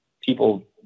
people